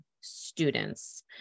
students